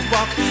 Walk